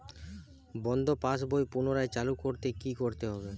বন্ধ পাশ বই পুনরায় চালু করতে কি করতে হবে?